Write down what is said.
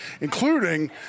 including